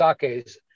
sakes